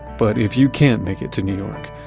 but if you can't make it to new york,